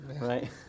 right